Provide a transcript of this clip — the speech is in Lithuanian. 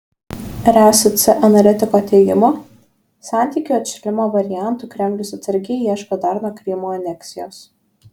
resc analitiko teigimu santykių atšilimo variantų kremlius atsargiai ieško dar nuo krymo aneksijos